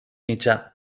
mitjà